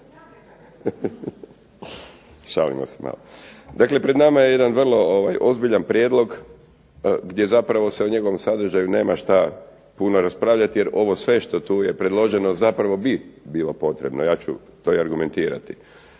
Šalimo se malo. Dakle, pred nama je jedan vrlo ozbiljan prijedlog gdje zapravo se o njegovom sadržaju nema šta puno raspravljati. Jer ovo sve što tu je predloženo zapravo bi bilo potrebno. Ja ću to i argumentirati.